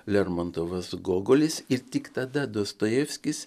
lermontovas gogolis ir tik tada dostojevskis